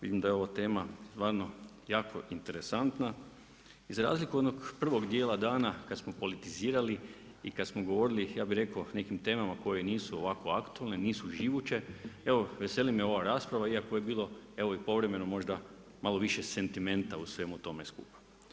Vidim da je ovo tema stvarno jako interesantna i za razliku od onog prvog dijela dana kada smo politizirali i kada smo govorili o nekim temama koje nisu ovako aktualne, nisu živuće evo veseli me ova rasprava iako je bilo povremeno možda malo više sentimenta u svemu tome skupa.